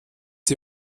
die